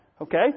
Okay